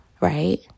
right